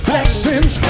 Blessings